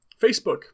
Facebook